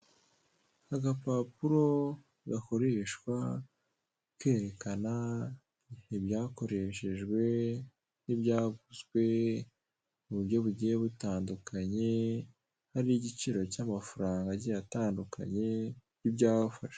Agapapuro gakoreshwa kerekana ibyakoreshejwe n'ibyaguzwe mu buryo bugiye butandukanye harimo igiciro cy'amafaranga agiye atandukanye n'ibyafashwe.